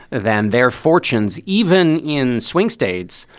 then their fortunes, even in swing states,